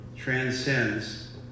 transcends